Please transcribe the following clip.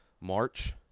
March